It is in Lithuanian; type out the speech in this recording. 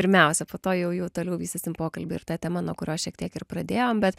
pirmiausia po to jau jau toliau vystysim pokalbį ir ta tema nuo kurios šiek tiek ir pradėjom bet